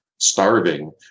starving